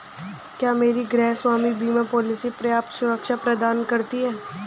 क्या मेरी गृहस्वामी बीमा पॉलिसी पर्याप्त सुरक्षा प्रदान करती है?